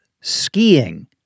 skiing